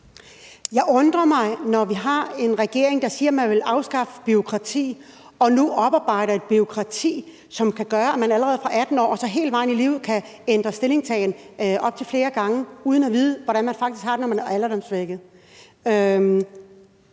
Det undrer mig, når vi har en regering, der siger, at man vil afskaffe bureaukrati, at man nu oparbejder et bureaukrati, som gør, at man allerede som 18-årig og hele vejen i livet kan ændre sin stillingtagen op til flere gange uden at vide, hvordan man faktisk har det, når man er alderdomssvækket.